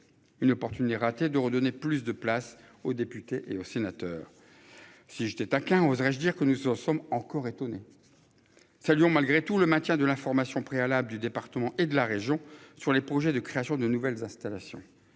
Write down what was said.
Une opportunité ratée de redonner plus de place aux députés et aux sénateurs. Si j'étais taquin, oserais-je dire que nous sommes encore étonné. Saluons malgré tout le maintien de l'information préalable du département et de la région sur les projets de création de nouvelles installations.